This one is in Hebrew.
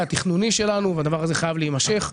המלאי התכנוני שלנו - הדבר הזה חייב להימשך.